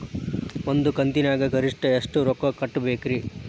ಒಂದ್ ಕಂತಿನ್ಯಾಗ ಗರಿಷ್ಠ ಎಷ್ಟ ರೊಕ್ಕ ಕಟ್ಟಬೇಕ್ರಿ?